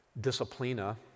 disciplina